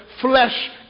flesh